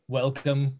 welcome